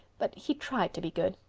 but he tried to be good.